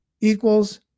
equals